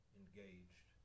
engaged